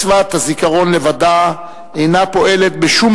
מצוות הזיכרון לבדה אינה פועלת בשום